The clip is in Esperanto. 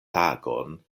tagon